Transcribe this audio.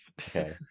okay